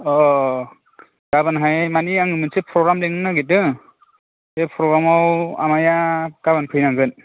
अ गाबोनहाय माने आं मोनसे प्र'ग्राम लिंनो नागिरदों बे प्र'ग्राम आव आमाया गाबोन फैनांगोन